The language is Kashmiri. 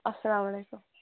اَسلامُ عَلیکُم